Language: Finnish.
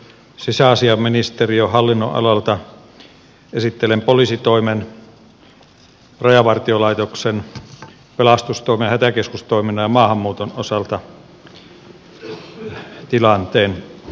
sisäasiainministeriön hallinnonalalta esittelen poliisitoimen rajavartiolaitoksen pelastustoimen ja hätäkeskustoiminnan ja maahanmuuton osalta tilanteen